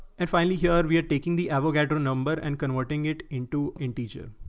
and finally, here we are taking the avogadro number and converting it into, in teacher.